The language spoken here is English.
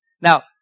Now